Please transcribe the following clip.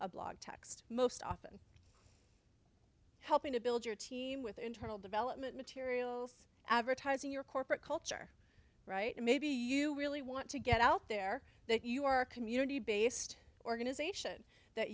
a blog text most often helping to build your team with internal development materials advertising your corporate culture right maybe you really want to get out there that you are a community based organization that